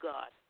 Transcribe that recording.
God